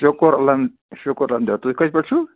شُکُر الحم شُکُر الحمداللہ تُہۍ کَتہِ پٮ۪ٹھ چھُو